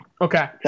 Okay